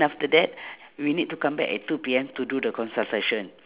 then after that we need to come back at two P_M to do the consultation